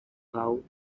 rao